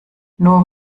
nur